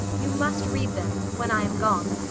you must read them when i am gone.